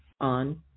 on